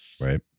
right